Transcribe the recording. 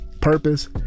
purpose